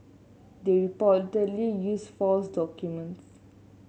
they reportedly used false documents